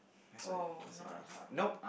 oh not a hard one